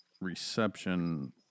reception